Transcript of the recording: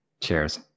Cheers